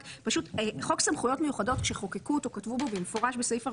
חוק סמכויות מיוחדות כשחוקקו אותו כתבו בו במפורש בסעיף 47,